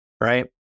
right